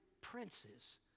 princes